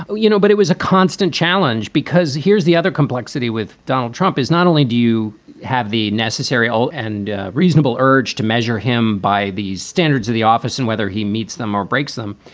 ah you know, but it was a constant challenge because here's the other complexity with donald trump is not only do you have the necessary and reasonable urge to measure him by these standards of the office and whether he meets them or breaks them.